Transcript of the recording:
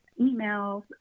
emails